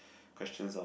question of